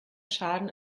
schaden